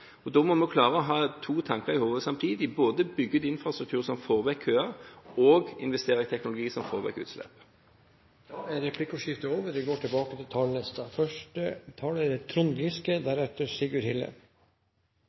in»-hybridbiler. Da må vi klare å ha to tanker i hodet samtidig: både bygge ut infrastruktur som får vekk køer, og investere i teknologi som får vekk utslipp. Replikkordskiftet er omme. Før valget lovte særlig Høyre en kursendring på skoleområdet. Spenningen var derfor stor da Høyre høsten 2013 inntok Kunnskapsdepartementet og